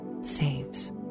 saves